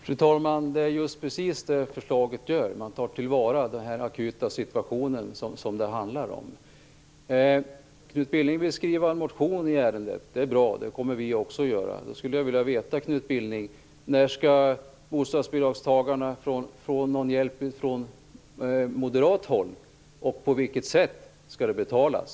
Fru talman! Det är precis det förslaget gör. Man gör något i den akuta situation det handlar om. Knut Billing vill skriva en motion i ärendet. Det är bra. Det kommer också vi att göra. Det jag skulle vilja veta är, Knut Billing: När kommer bostadsbidragstagarna att få någon hjälp från moderat håll, och på vilket sätt skall det betalas?